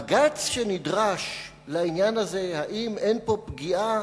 בג"ץ שנדרש לעניין הזה, האם אין פה פגיעה